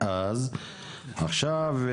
ועכשיו,